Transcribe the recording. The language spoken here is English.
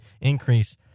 increase